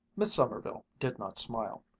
miss sommerville did not smile.